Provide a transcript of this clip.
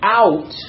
out